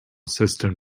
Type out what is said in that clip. system